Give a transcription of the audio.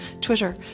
Twitter